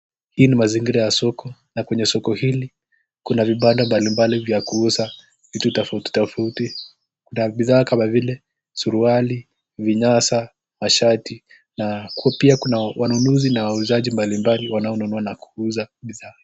Hii ni mazingira ya soko, na kwenye soko hili kuna vibanda mbali mbali vya kuuza vitu tofauti tofauti kuna bidhaa kama vile suruali, vinyasa, mashati, na pia kuna wanunuzi na wauzaji mbali mbali wanao nunua na kuuza bidhaa.